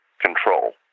control